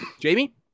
Jamie